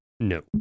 No